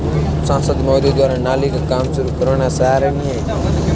सांसद महोदय द्वारा नाली का काम शुरू करवाना सराहनीय है